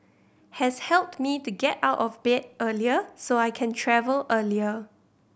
has helped me to get out of bed earlier so I can travel earlier